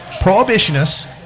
prohibitionists